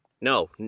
no